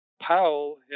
Powell